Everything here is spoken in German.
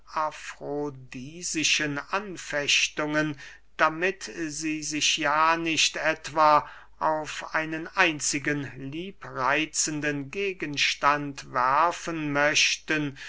afrodisischen anfechtungen damit sie sich ja nicht etwa auf einen einzigen liebreitzenden gegenstand werfen möchten